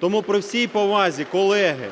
Тому, при всій повазі, колеги,